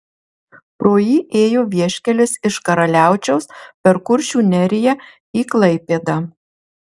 pro jį ėjo vieškelis iš karaliaučiaus per kuršių neriją į klaipėdą